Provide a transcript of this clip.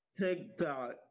TikTok